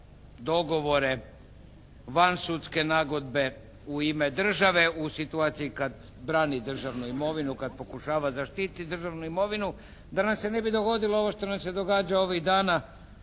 dogovore, van sudske nagodbe u ime države u situaciji kad brani državnu imovinu, kad pokušava zaštititi državnu imovinu. Da nam se ne bi dogodilo ovo što nam se događa ovih dana